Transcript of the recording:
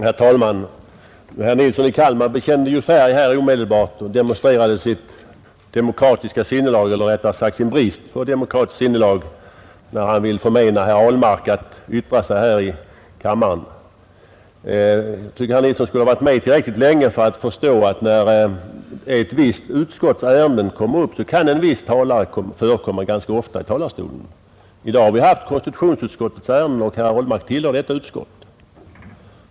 Herr talman! Herr Nilsson i Kalmar bekände omedelbart färg och demonstrerade sitt demokratiska sinnelag eller rättare sagt sin brist på demokratiskt sinnelag när han ville förmena herr Ahlmark rätten att yttra sig här i kammaren. Jag tycker att herr Nilsson skulle ha varit med tillräckligt länge för att förstå att när ett visst utskotts ärenden kommer upp, kan en viss talare förekomma ganska ofta i talarstolen. I dag har vi haft konstitutionsutskottets ärenden uppe och herr Ahlmark tillhör detta utskott.